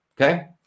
Okay